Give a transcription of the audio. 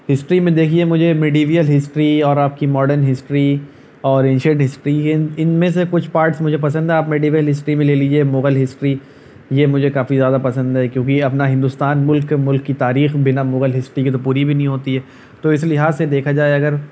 history میں دیکھیے مجھے میڈویئل ہسٹری اور آپ کی ماڈرن ہسٹری اور اینشینٹ ہسٹری یہ ان میں سے کچھ پارٹس مجھے پسند ہیں آپ میڈول ہسٹری میں لے لیجئے مغل ہسٹری یہ مجھے کافی زیادہ پسند ہے کیونکہ یہ اپنا ہندوستان ملک ملک کی تاریخ بنا مغل ہسٹری کے تو پوری بھی نہیں ہوتی ہے تو اس لحاظ سے دیکھا جائے اگر